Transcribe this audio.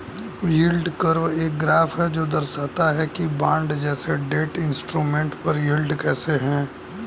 yield curve एक graph है जो दर्शाता है कि बॉन्ड जैसे डेट इंस्ट्रूमेंट पर यील्ड कैसे है